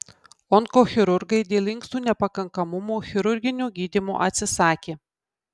onkochirurgai dėl inkstų nepakankamumo chirurginio gydymo atsisakė